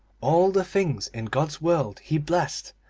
all the things in god's world he blessed,